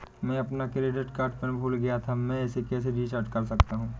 मैं अपना credit card pin भूल गया था मैं इसे कैसे रीसेट कर सकता हूँ?